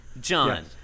John